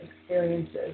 experiences